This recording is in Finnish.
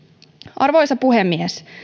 arvoisa puhemies